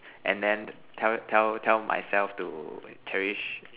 and then tell tell tell myself to cherish